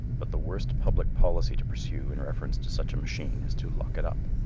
but the worst public policy to pursue in reference to such a machine is to lock it up,